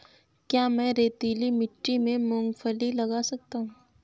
क्या मैं रेतीली मिट्टी में मूँगफली लगा सकता हूँ?